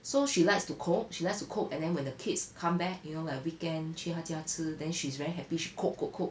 so she likes to cook she likes to cook and then when the kids come back you know like weekend 去她家吃 then she's very happy cook cook cook